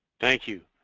thank you.